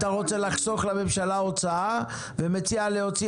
אתה רוצה לחסוך לממשלה הוצאה ומציע להוציא